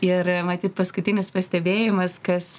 ir matyt paskutinis pastebėjimas kas